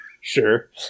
Sure